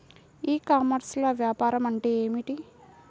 ఈ కామర్స్లో వ్యాపారం అంటే ఏమిటి?